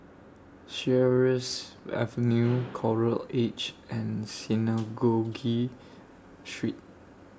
Sheares Avenue Coral Edge and Synagogue Street